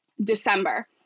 December